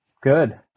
Good